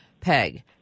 Peg